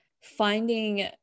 finding